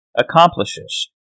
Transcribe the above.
accomplishes